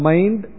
Mind